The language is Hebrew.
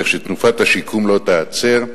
כך שתנופת השיקום לא תיעצר.